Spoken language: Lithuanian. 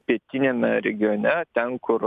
pietiniame regione ten kur